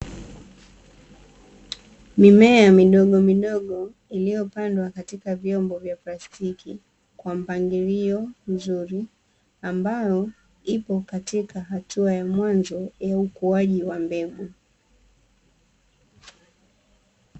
Mimea midogo midogo, iliyopandwa katika vyombo vya plastiki kwa mpangilio mzuri, ambayo ipo katika hatua ya mwanzo ya ukuaji wa mbegu.